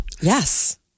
Yes